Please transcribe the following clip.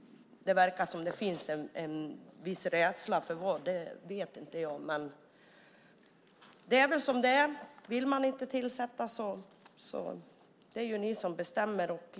Det verkar som det finns en viss rädsla, för vad vet jag inte. Men det är väl som det är. Ni vill inte tillsätta en granskningskommission och det är ju ni som bestämmer.